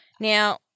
Now